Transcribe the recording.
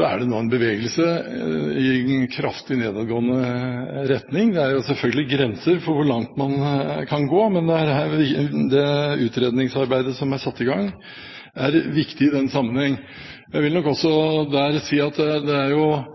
er det nå en bevegelse i kraftig nedadgående retning. Det er selvfølgelig grenser for hvor langt man kan gå, men det utredningsarbeidet som er satt i gang, er viktig i den sammenheng. Jeg vil her også